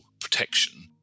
protection